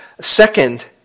Second